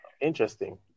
Interesting